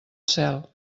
cel